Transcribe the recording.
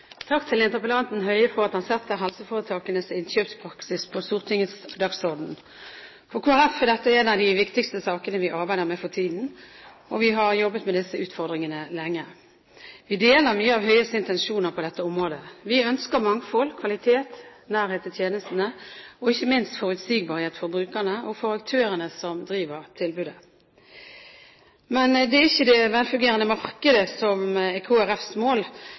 Takk til interpellanten Høie for at han setter helseforetakenes innkjøpspraksis på Stortingets dagsorden. For Kristelig Folkeparti er dette en av de viktigste sakene vi arbeider med for tiden, og vi har jobbet med disse utfordringene lenge. Vi deler mange av Høies intensjoner på dette området. Vi ønsker mangfold, kvalitet, nærhet til tjenestene og ikke minst forutsigbarhet for brukerne og for aktørene som driver tilbudet. Det er likevel ikke det velfungerende markedet som er Kristelig Folkepartis mål,